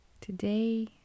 Today